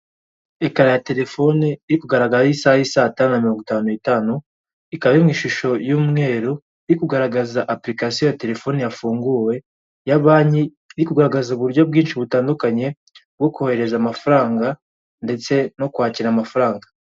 Ekara ya telefone iri kugaragaraho isaha i saa tanu na mirongo itanu'itanu, ikaba iri mu ishusho y'umweru, iri kugaragaza Apulikasiyo ya telefoni yafunguwe ya banki, iri kugaragaza uburyo bwinshi butandukanye bwo kohereza amafaranga ndetse no kwakira amafaranga.